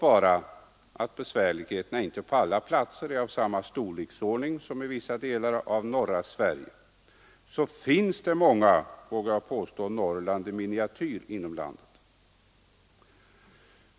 Även om besvärligheterna inte på alla platser är av sammaa storleksordning som i vissa delar av norra Sverige, så finns det många ”Norrland” i miniatyr inom landet.